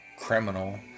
criminal